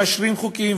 מאשרים חוקים,